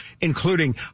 including